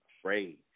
afraid